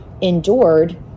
endured